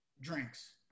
drinks